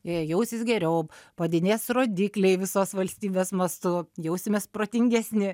jie jausis geriau padidės rodikliai visos valstybės mastu jausimės protingesni